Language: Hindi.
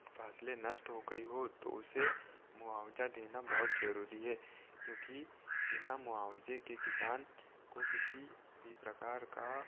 फसले नष्ट हो गई हों तो उसे मुआवजा देना बहुत जरूरी है क्योंकि बिना मुआवजे के किसान को किसी भी प्रकार का